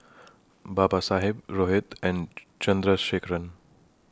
Babasaheb Rohit and Chandrasekaran